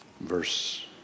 verse